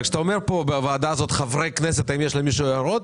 פה בוועדה הזאת: חברי הכנסת, האם יש למישהו הערות?